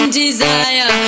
desire